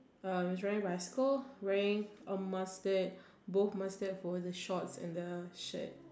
uh is riding a bicycle wearing a masked both masked folded shorts and the shirt